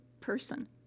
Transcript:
person